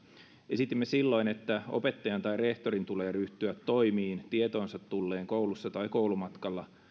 esitimme silloin että opettajan tai rehtorin tulee ryhtyä toimiin tietoonsa tulleen koulussa tai koulumatkalla